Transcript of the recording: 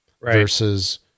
versus